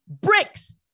bricks